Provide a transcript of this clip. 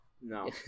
No